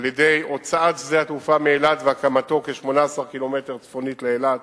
על-ידי הוצאת שדה התעופה מאילת והקמתו כ-18 קילומטר צפונית לאילת,